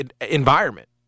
environment